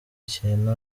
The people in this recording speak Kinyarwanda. ikintu